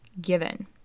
given